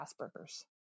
Asperger's